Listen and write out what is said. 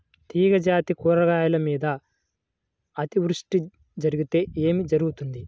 తీగజాతి కూరగాయల మీద అతివృష్టి జరిగితే ఏమి జరుగుతుంది?